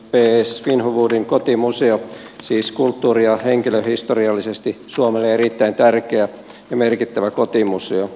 svinhufvudin kotimuseo siis kulttuuri ja henkilöhistoriallisesti suomelle erittäin tärkeä ja merkittävä kotimuseo